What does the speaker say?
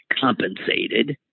compensated